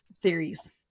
Theories